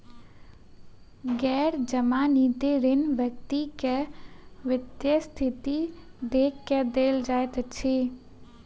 गैर जमानती ऋण व्यक्ति के वित्तीय स्थिति देख के देल जाइत अछि